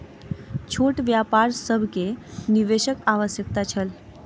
छोट व्यापार सभ के निवेशक आवश्यकता छल